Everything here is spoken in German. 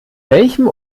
welchem